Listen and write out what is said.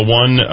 one